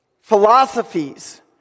philosophies